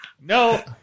No